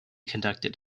conducted